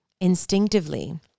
instinctively